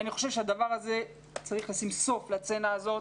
אני חושב שצריך לשים סוף לסצנה הזאת.